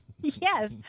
Yes